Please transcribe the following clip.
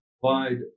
provide